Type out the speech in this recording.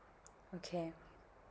okay